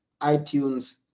itunes